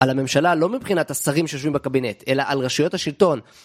על הממשלה לא מבחינת השרים שיושבים בקבינט, אלא על רשויות השלטון.